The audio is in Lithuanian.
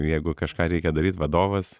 jeigu kažką reikia daryt vadovas